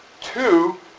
two